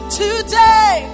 today